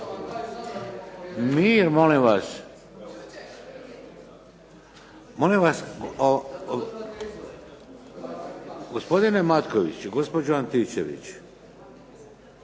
Mir molim vas! Molim vas! Gospodine Matkoviću i gospođo Antičević,